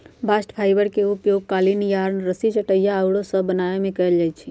bast fibre के उपयोग कालीन, यार्न, रस्सी, चटाइया आउरो सभ बनाबे में कएल जाइ छइ